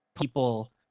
people